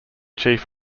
chief